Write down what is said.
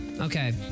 okay